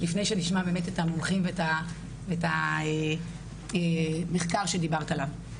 לפני שנשמע את המומחים ואת המחקר שדיברת עליו.